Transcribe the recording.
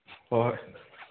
ꯍꯣꯏ